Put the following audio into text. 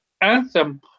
anthem